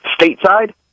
stateside